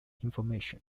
information